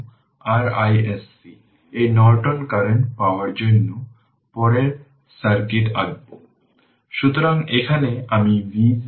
সেক্ষেত্রে ভোল্টেজ হবে 90 কারণ এখানে কোন কারেন্ট প্রবাহিত হচ্ছে না এটি ওপেন সার্কিট এবং 9016 অর্থাৎ 15 ভোল্ট